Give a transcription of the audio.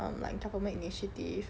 um government initiative